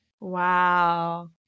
Wow